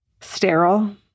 sterile